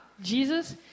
Jesus